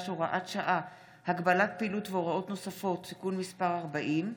(הוראת שעה) (הגבלת פעילות והוראות נוספות (תיקון מס' 40),